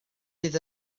bydd